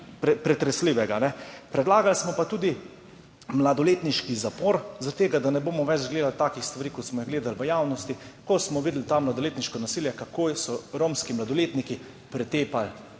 pretresljivo. Predlagali smo pa tudi mladoletniški zapor zaradi tega, da ne bomo več gledali takih stvari, kot smo jih gledali v javnosti, ko smo videli tam mladoletniško nasilje, kako so romski mladoletniki pretepali